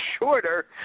shorter